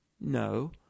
No